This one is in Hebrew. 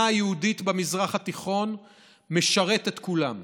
היהודית במזרח התיכון משרת את כולם.